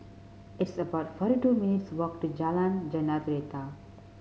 it's about forty two minutes' walk to Jalan Jentera